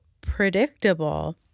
predictable